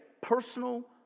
personal